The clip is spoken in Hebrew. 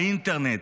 האינטרנט,